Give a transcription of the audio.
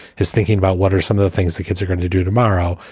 he's thinking about what are some of the things that kids are going to do tomorrow.